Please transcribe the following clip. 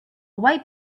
white